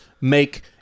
make